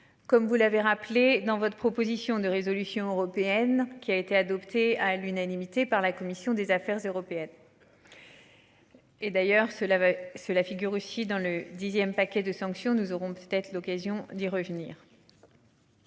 Comme vous l'avez rappelé dans votre proposition de résolution européenne qui a été adopté à l'unanimité par la commission des affaires européennes. Et d'ailleurs cela va cela la figure aussi dans le dixième paquets de sanctions. Nous aurons peut-être l'occasion d'y revenir.